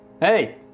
Hey